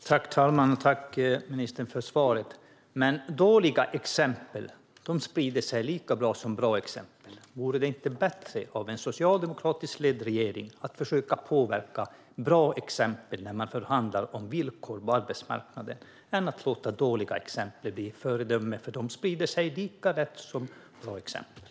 Herr talman! Tack, ministern, för svaret! Men dåliga exempel sprider sig lika lätt som bra exempel. Vore det inte bättre av en socialdemokratiskt ledd regering att försöka skapa bra exempel när man förhandlar om villkor på arbetsmarknaden än att låta dåliga exempel bli föredöme? De sprider sig lika lätt som bra exempel.